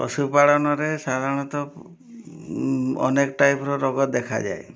ପଶୁପାଳନରେ ସାଧାରଣତଃ ଅନେକ ଟାଇପ୍ର ରୋଗ ଦେଖାଯାଏ